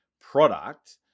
product